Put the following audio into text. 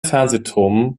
fernsehturm